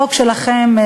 החוק שלכם,